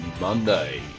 Monday